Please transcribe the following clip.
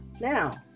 now